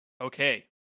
Okay